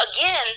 again